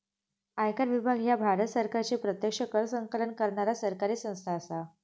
आयकर विभाग ह्या भारत सरकारची प्रत्यक्ष कर संकलन करणारा सरकारी संस्था असा